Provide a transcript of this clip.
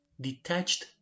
Detached